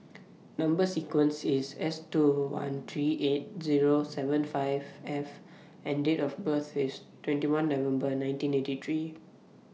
Number sequence IS S two one three eight Zero seven five F and Date of birth IS twenty one November nineteen eighty three